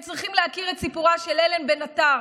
הם צריכים להכיר את סיפורה של הלן בן עטר,